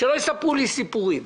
שלא יספרו לי סיפורים.